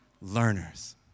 learners